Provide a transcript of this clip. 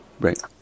Right